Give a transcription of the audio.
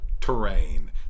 terrain